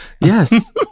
yes